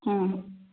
हां हां